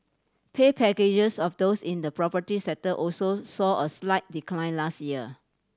pay packages of those in the property sector also saw a slight decline last year